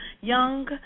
young